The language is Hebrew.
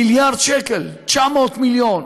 מיליארד שקל, 900 מיליון.